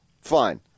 Fine